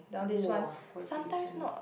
!wow! qualifications